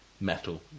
metal